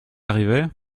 arrivée